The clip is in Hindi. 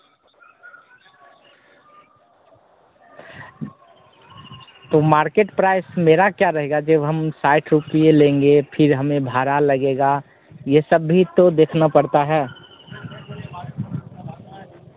तो मार्केट प्राइस मेरा क्या रहेगा जब हम साठ रुपये लेंगे फिर हमें भारा लगेगा यह सब भी तो देखना पड़ता है